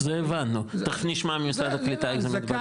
זה הבנו, תיכף נשמע ממשרד הקליטה איך זה מתבצע.